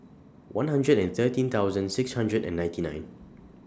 one hundred and thirteen thousand six hundred and ninety nine